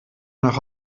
nach